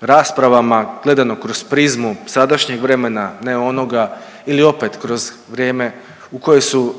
raspravama gledamo kroz prizmu sadašnjeg vremena ne onoga ili opet kroz vrijeme u koje su